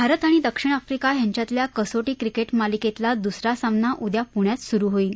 भारत आणि दक्षिण आफ्रिका यांच्यातल्या कसोटी क्रिकेट मालिकेतला द्सरा सामना उद्या प्ण्यात सुरू होईल